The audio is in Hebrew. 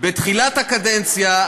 בתחילת הקדנציה,